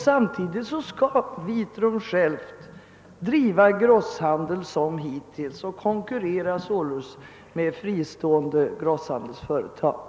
Samtidigt skall Vitrum självt som hittills driva grosshandel och således konkurrera med fristående grosshandelsföretag.